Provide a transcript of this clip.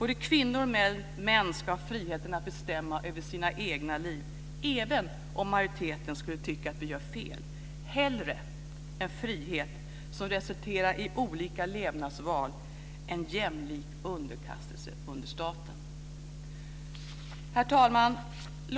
Både kvinnor och män ska ha friheten att bestämma över sina egna liv, även om majoriteten skulle tycka att vi gör fel. Hellre en frihet som resulterar i olika levnadsval än jämlik underkastelse under staten. Herr talman!